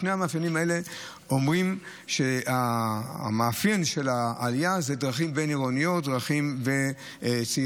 שני אלה אומרים שהמאפיינים של העלייה הם דרכים בין-עירוניות וצעירים.